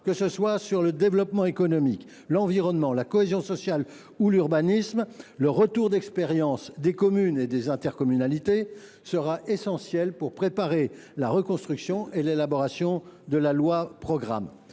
Que ce soit en matière de développement économique, d’environnement, de cohésion sociale ou d’urbanisme, le retour d’expérience des communes et des intercommunalités sera essentiel pour préparer la reconstruction et élaborer la loi programme.